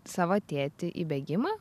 savo tėtį į bėgimą